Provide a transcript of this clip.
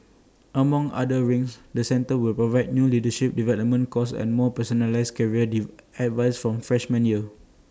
among other things the centre will provide new leadership development courses and more personalised career advice from freshman year